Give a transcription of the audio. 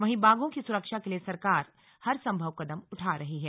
वहीं बाघों की सुरक्षा के लिए सरकार हरसंभव कदम उठा रही है